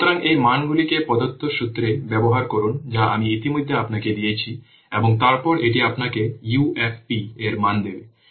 সুতরাং এই মানগুলিকে প্রদত্ত সূত্রে ব্যবহার করুন যা আমি ইতিমধ্যে আপনাকে দিয়েছি এবং তারপর এটি আপনাকে UFP এর মান দেবে